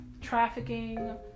trafficking